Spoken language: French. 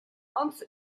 hans